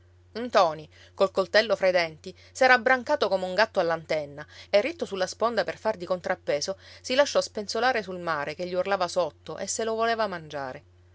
subito ntoni col coltello fra i denti s'era abbrancato come un gatto all'antenna e ritto sulla sponda per far di contrappeso si lasciò spenzolare sul mare che gli urlava sotto e se lo voleva mangiare